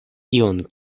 ion